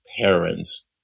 parents